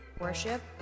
worship